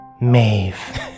Maeve